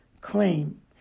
claim